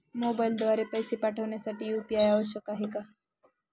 मोबाईलद्वारे पैसे पाठवण्यासाठी यू.पी.आय आवश्यक आहे का?